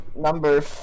number